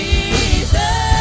Jesus